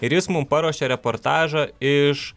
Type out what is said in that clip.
ir jis mum paruošė reportažą iš